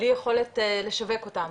בלי יכולת לשווק אותם.